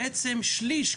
בעצם שליש,